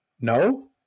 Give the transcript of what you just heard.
No